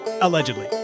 Allegedly